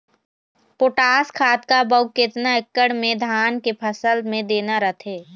Potash खाद कब अऊ केतना एकड़ मे धान के फसल मे देना रथे?